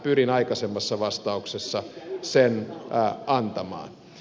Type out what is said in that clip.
pyrin aikaisemmassa vastauksessani sen antamaan